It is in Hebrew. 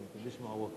תודה רבה,